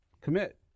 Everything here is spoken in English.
Commit